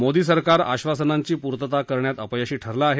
मोदी सरकार आश्वासनाप्ती पूर्तता करण्यात अपयशी ठरलेेेहे